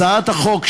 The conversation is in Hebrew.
הצעת החוק,